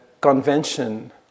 convention